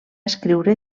escriure